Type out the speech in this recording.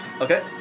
Okay